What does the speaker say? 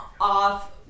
off